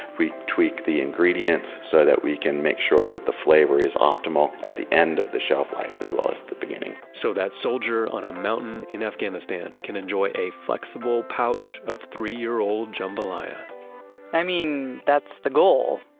we tweak the ingredients so that we can make sure that the flavor is optimal at the end of the shelf life as well as the beginning. so that soldier on a mountain in afghanistan can enjoy a flexible pouch of three-year-old jambalaya i mean, that's the goal,